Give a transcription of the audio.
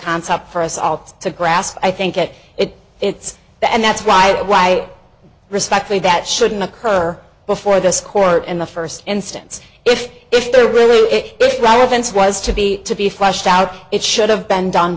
concept for us all to grasp i think it it it's the and that's right why respectfully that shouldn't occur before this court in the first instance if if there really it relevance was to be to be flushed out it should have been down